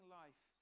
life